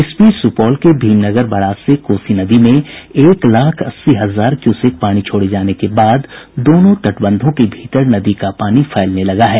इस बीच सुपौल के भीमनगर बराज से कोसी नदी में एक लाख अस्सी हजार क्यूसेक पानी छोड़े जाने के बाद दोनों तटबंधों के भीतर नदी का पानी फैलने लगा है